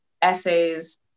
essays